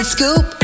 Scoop